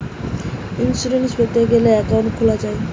insurance পেতে গ্যালে account খুলা যায়